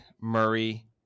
Murray